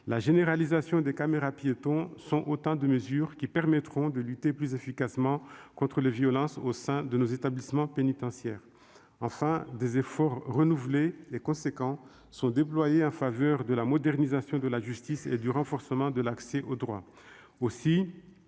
la généralisation des caméras-piétons sont autant de mesures qui permettront de lutter plus efficacement contre les violences au sein de nos établissements pénitentiaires. Enfin, des efforts renouvelés et importants sont déployés en faveur de la modernisation de la justice et du renforcement de l'accès au droit. Aussi,